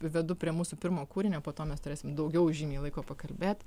vedu prie mūsų pirmo kūrinio po to mes turėsim daugiau žymiai laiko pakalbėt